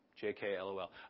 J-K-L-O-L